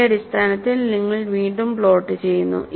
അതിന്റെ അടിസ്ഥാനത്തിൽ നിങ്ങൾ വീണ്ടും പ്ലോട്ട് ചെയ്യുന്നു